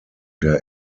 der